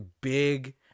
big